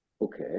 Okay